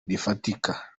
rifatika